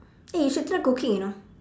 eh you should try cooking you know